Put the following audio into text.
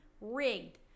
rigged